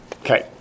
Okay